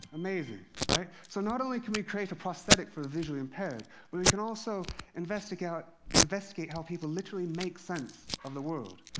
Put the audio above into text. amazing, right? so not only can we create a prosthetic for the visually impaired, but we can also investigate investigate how people literally make sense of the world.